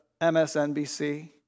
MSNBC